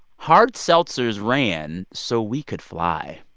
hard seltzers ran so we could fly.